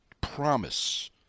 promise